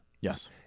Yes